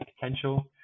potential